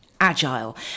agile